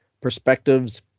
perspectives